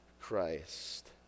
Christ